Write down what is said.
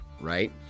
right